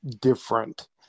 different